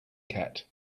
cat